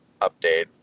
update